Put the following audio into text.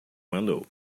mandou